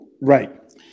Right